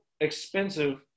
expensive